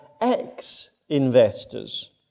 ex-investors